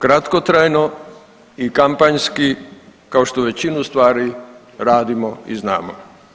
Kratkotrajno i kampanjski kao što većinu stvari radimo i znamo.